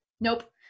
Nope